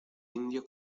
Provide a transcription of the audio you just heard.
indio